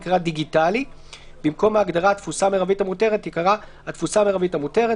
ייקרא "דיגיטלי"; במקום ההגדרה "התפוסה המרבית "התפוסה המרבית המותרת"